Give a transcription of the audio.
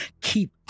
keep